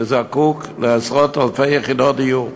שזקוק לעשרות-אלפי יחידות דיור.